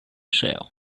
sale